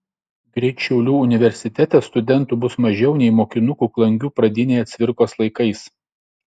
greit šiaulių universitete studentų bus mažiau nei mokinukų klangių pradinėje cvirkos laikais